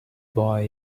boy